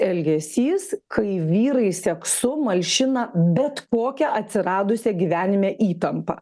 elgesys kai vyrai seksu malšina bet kokią atsiradusią gyvenime įtampą